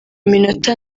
minota